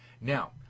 Now